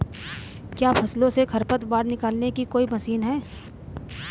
क्या फसलों से खरपतवार निकालने की कोई मशीन है?